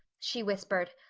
she whispered,